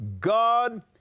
God